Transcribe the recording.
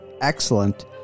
excellent